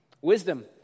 Wisdom